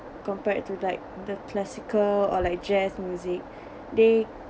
compared to like the classical or like jazz music they